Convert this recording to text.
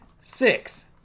Six